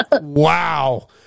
Wow